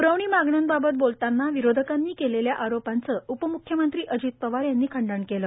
पुरवणी मागण्यांबाबत बोलताना विरोधकांनी केलेल्या आरोपांचे उपमुख्यमंत्री अजित पवार यांनी खंडन केलं